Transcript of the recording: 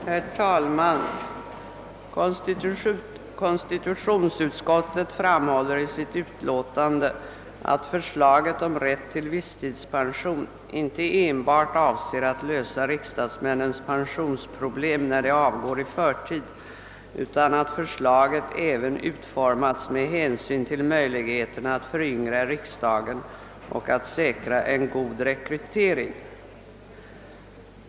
Herr talman! Konstitutionsutskottet framhåller i sitt utlåtande att förslaget om rätt till visstidspension inte enbart avser att lösa riksdagsmännens <pensionsproblem, när de avgår i förtid, utan att förslaget även utformats med hänsyn till möjligheterna att föryngra riksdagen och att säkra en god rekrytering.